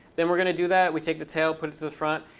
then we're going to do that. we take the tail, put it to the front.